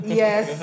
yes